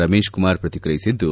Ramesh Kumar ಪ್ರಕಿಕ್ರಿಯಿಸಿದ್ದು